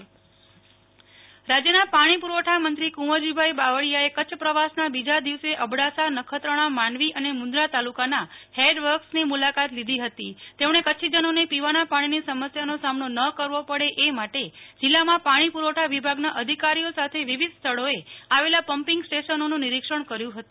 નેહ્લ ઠક્કર પાણી પુ રવઠા મંત્રી રાજ્યના પાણી પુ રવઠામંત્રી કુંવરજીભાઇ બાવળિયાએ કચ્છ પ્રવાસના બીજા દિવસે અબડાસા નખત્રાણા માંડવી અને મું દરા તાલુકાના હેડવર્ક્સની મુલાકાત લીધી હતી તેમણે કચ્છીજનોને પીવાના પાણીની સમસ્યાનો સામનો ન કરવો પડે એ માટે જિલ્લામાં પાણી પુ રવઠા વિભાગના અધિકારીઓ સાથે વિવિધ સ્થળોએ આવેલા પમ્પિંગ સ્ટેશનોનું નિરીક્ષણ કર્યું હતું